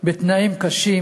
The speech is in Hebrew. בתנאים קשים,